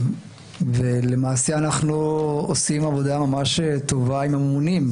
למעשה אנחנו עושים עבודה ממש טובה עם הממונים,